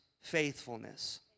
faithfulness